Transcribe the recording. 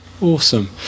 Awesome